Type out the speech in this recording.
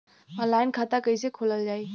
Online खाता कईसे खोलल जाई?